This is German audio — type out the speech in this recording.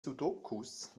sudokus